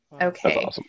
okay